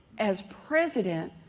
as president,